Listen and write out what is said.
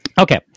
Okay